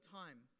time